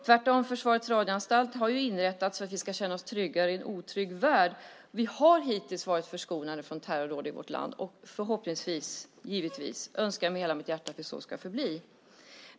Tvärtom - Försvarets radioanstalt har inrättats för att vi ska känna oss tryggare i en otrygg värld. Vi har hittills varit förskonade från terrordåd i vårt land, och jag önskar givetvis av hela mitt hjärta att det så ska förbli.